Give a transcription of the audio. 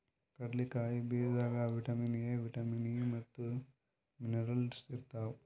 ಕಡ್ಲಿಕಾಯಿ ಬೀಜದಾಗ್ vitamin A, vitamin E ಮತ್ತ್ ಮಿನರಲ್ಸ್ ಇರ್ತವ್